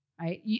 right